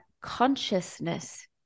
consciousness